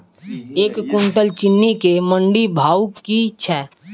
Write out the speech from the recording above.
एक कुनटल चीनी केँ मंडी भाउ की छै?